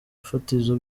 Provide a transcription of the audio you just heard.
fatizo